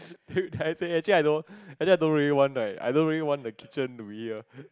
then I say actually I don't I don't really want like I don't really want the kitchen to be here